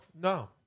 No